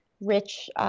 rich